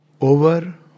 over